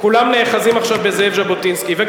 כולם נאחזים עכשיו בזאב ז'בוטינסקי.